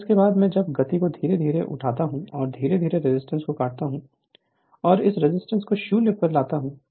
अब उसके बाद मैं जब गति को धीरे धीरे उठाता हूं और धीरे धीरे रजिस्टेंस को काटता हूं और इस रजिस्टेंस को 0 पर लाता हूं